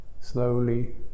slowly